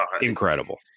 incredible